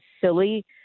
silly